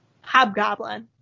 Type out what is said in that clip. Hobgoblin